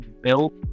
built